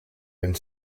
and